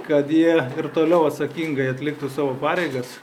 kad jie ir toliau atsakingai atliktų savo pareigas